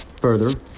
Further